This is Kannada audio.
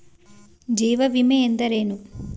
ಜೀವ ವಿಮೆ ಎಂದರೇನು?